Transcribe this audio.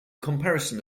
comparison